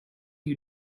you